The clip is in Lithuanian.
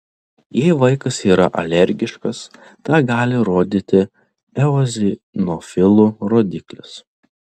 jei vaikas yra alergiškas tą gali rodyti eozinofilų rodiklis